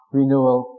renewal